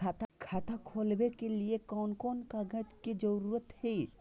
खाता खोलवे के लिए कौन कौन कागज के जरूरत है?